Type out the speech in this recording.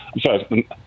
sorry